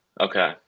Okay